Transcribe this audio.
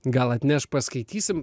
gal atnešk paskaitysim